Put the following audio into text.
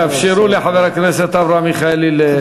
תאפשרו לחבר הכנסת אברהם מיכאלי להביע את עמדתו.